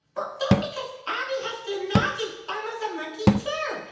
but that's because abby has to imagine elmo's a monkey too.